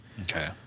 Okay